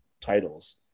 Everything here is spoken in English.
titles